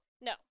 No